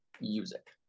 music